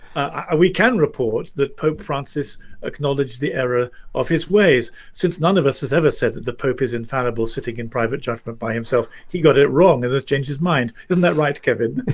ah we can report that pope francis acknowledged the error of his ways since none of us has ever said that the pope is infallible, sitting in private judgment by himself, he got it wrong and has changed his mind isn't that right, kevin?